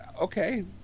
okay